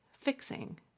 fixing